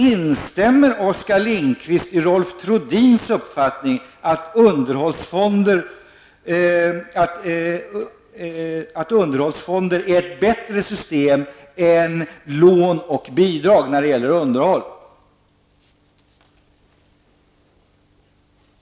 Instämmer Oskar Lindkvist i Rolf Trodins uppfattning att underhållsfonder är ett bättre system än lån och bidrag när det gäller underhåll?